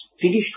finished